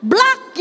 Block